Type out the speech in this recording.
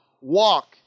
walk